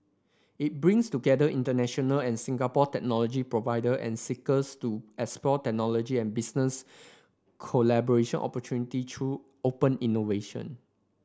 it brings together international and Singapore technology provider and seekers to explore technology and business collaboration opportunity through open innovation